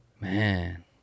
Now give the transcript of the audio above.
man